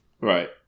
Right